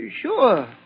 Sure